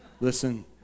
listen